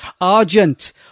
Argent